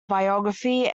biography